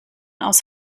aus